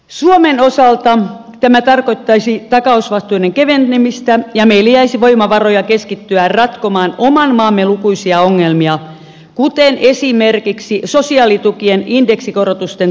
suomen osalta tämä tarkoittaisi takausvastuiden kevenemistä ja meille jäisi voimavaroja keskittyä ratkomaan oman maamme lukuisia ongelmia kuten esimerkiksi sosiaalitukien indeksikorotusten tulevaisuutta